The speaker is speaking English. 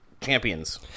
champions